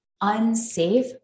unsafe